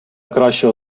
кращого